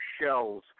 shells